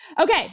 Okay